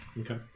Okay